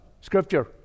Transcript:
Scripture